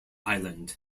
island